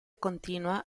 continua